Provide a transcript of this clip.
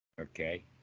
Okay